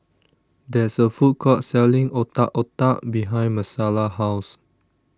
There IS A Food Court Selling Otak Otak behind Marcella's House